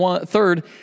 Third